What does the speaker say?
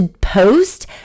post